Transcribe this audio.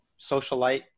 socialite